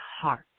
heart